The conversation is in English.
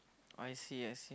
I see I see